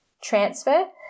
transfer